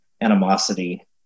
animosity